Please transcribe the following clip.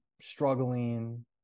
struggling